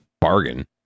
bargain